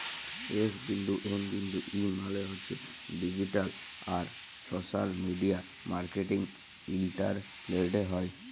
S বিন্দু M বিন্দু E মালে হছে ডিজিট্যাল আর সশ্যাল মিডিয়া মার্কেটিং ইলটারলেটে হ্যয়